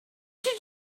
did